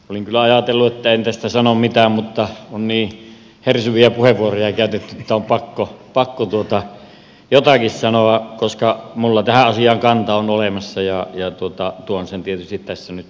olin kyllä ajatellut että en tästä sano mitään mutta on niin hersyviä puheenvuoroja käytetty että on pakko jotakin sanoa koska minulla tähän asiaan kanta on olemassa ja tuon sen tietysti tässä nyt sitten samalla esille